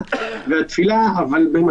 בדיקות,